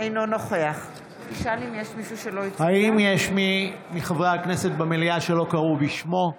אינו נוכח האם יש מי מחברי הכנסת במליאה שלא קראו בשמו?